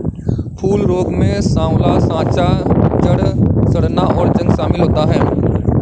फूल रोग में साँवला साँचा, जड़ सड़ना, और जंग शमिल होता है